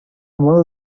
modo